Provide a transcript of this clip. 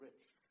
rich